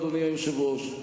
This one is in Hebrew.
אדוני היושב-ראש,